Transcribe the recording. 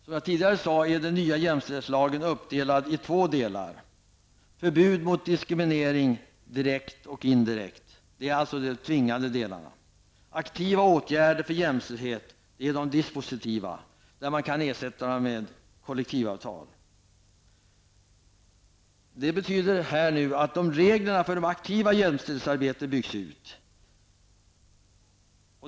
Som jag tidigare sade är den nya jämställdhetslagen uppdelad i två delar. Förbud mot diskriminering, direkt och indirekt, är de tvingande delarna. Aktiva åtgärder för jämställdhet är de dispositiva delarna som kan ersättas med kollektivavtal. Reglerna för det aktiva jämställdhetsarbetet skall byggas ut.